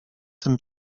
tym